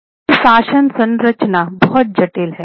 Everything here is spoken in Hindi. उनकी शासन संरचना बहुत जटिल है